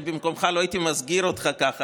אני במקומך לא הייתי מסגיר עצמי כך,